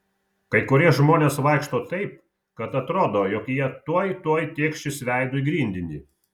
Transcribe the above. kai kurie žmonės vaikšto taip kad atrodo jog jie tuoj tuoj tėkšis veidu į grindinį